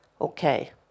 okay